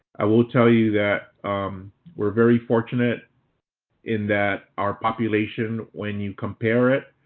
i will tell you that we're very fortunate in that our population when you compare it,